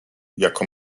jako